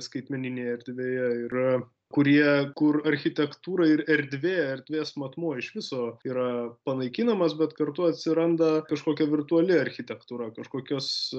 skaitmeninėje erdvėje yra kurie kur architektūra ir erdvė erdvės matmuo iš viso yra panaikinamas bet kartu atsiranda kažkokia virtuali architektūra kažkokios